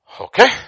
Okay